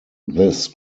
this